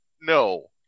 No